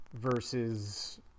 versus